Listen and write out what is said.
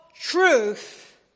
Truth